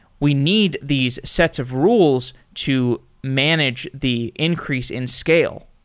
we need these sets of rules to manage the increase in scale.